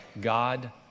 God